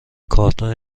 کارتن